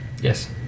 Yes